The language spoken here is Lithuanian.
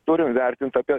turim vertint apie